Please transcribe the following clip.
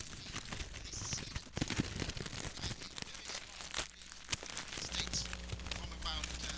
been preceded by a very strong increase of the united states from about